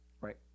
Right